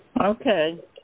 Okay